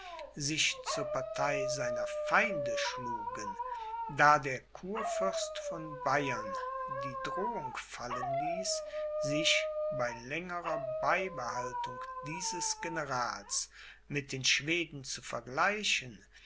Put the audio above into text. sich zur partei seiner feinde schlugen da der kurfürst von bayern die drohung fallen ließ sich bei längerer beibehaltung dieses generals mit den schweden zu vergleichen